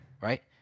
right